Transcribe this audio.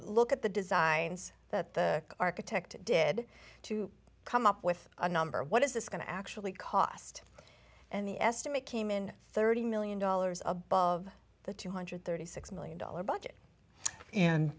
look at the designs that the architect did to come up with a number what is this going to actually cost and the estimate came in thirty million dollars above the two hundred and thirty six million dollars budget and